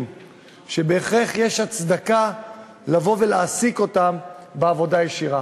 שבהכרח יש הצדקה להעסיק אותם בעבודה ישירה.